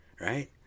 right